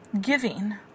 Giving